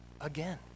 again